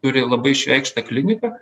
turi labai išreikštą kliniką